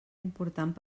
important